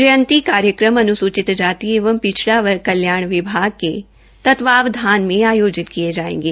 जयंती कार्यक्रम अन्सूचित जाति एवं पिछड़ा वर्ग कल्याण विभाग के तत्वावधान में आयोजित किए जाएंगे